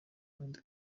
kandi